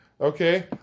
okay